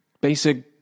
basic